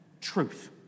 Truth